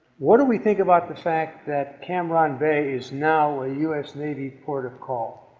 what do we think about the fact that cam ranh bay is now a us navy port of call?